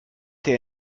der